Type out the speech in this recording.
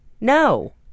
No